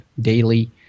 daily